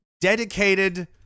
dedicated